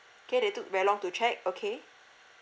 K they took very long to check okay